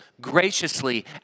graciously